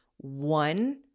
One